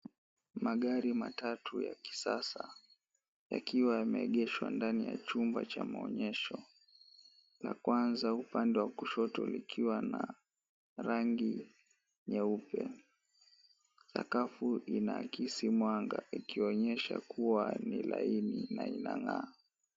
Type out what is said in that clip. Magari matatu ya kisasa, yakiwa yameegeshwa ndani ya chumba cha maonyesho. La kwanza upande wa kushoto likiwa na rangi nyeupe. Sakafu inaakisi mwanga ikionyesha kuwa ni laini na inang'aa.